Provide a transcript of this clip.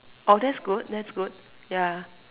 oh that's good that's good ya